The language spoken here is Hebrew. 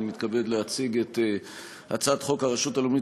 הנני מתכבד להציג את הצעת חוק הרשות הלאומית